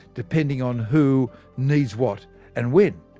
depending on who needs what and when.